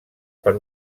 per